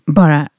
bara